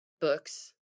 books